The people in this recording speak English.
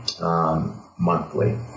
monthly